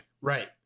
Right